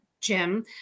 Jim